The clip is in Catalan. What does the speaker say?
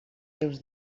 seus